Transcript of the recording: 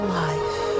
life